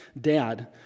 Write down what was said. dad